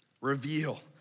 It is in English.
reveal